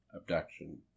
abduction